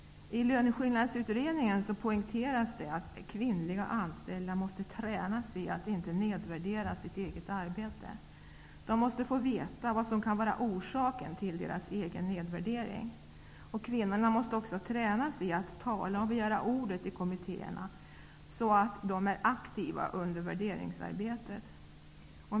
I Löneskillnadsutredningen poängteras att kvinnliga anställda måste tränas i att inte nedvärdera sitt eget arbete. De måste få veta vad som kan vara orsaken till deras egen nedvärdering. Kvinnor måste också tränas i att tala och begära ordet i kommittéerna så att de är aktiva under värderingsarbetet.